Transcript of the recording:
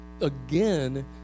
Again